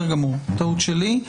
טעות שלי.